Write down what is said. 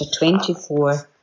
24